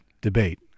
debate